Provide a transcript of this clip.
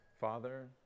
Father